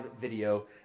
video